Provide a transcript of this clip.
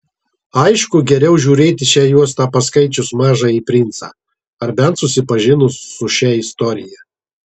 aišku geriau žiūrėti šią juostą paskaičius mažąjį princą ar bent susipažinus su šia istorija